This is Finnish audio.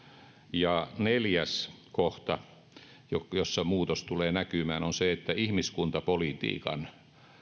ja neljäs kohta jossa muutos tulee näkymään on se että ihmiskuntapolitiikan